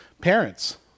parents